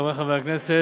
חברי חברי הכנסת,